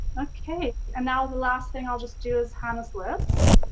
okay, and now the last thing i'll just do is hannah's lips.